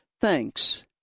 Thanks